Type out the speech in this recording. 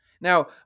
Now